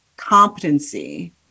competency